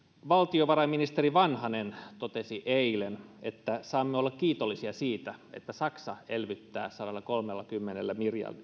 valtiovarainministeri vanhanen totesi eilen että saamme olla kiitollisia siitä että saksa elvyttää sadallakolmellakymmenellä